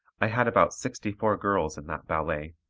i had about sixty-four girls in that ballet,